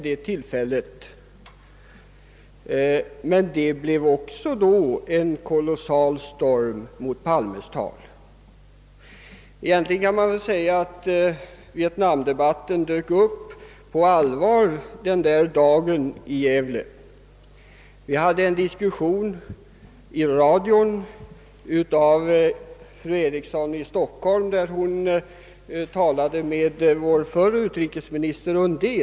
Det blev emellertid också då en kolossal storm mot Palmes tal — egentligen kan man säga att vietnamdebatten här i landet började på allvar den där dagen i Gävle. I radio fördes samma kväll en diskussion mellan fru Eriksson i Stockholm och förre utrikesministern Undén.